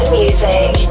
music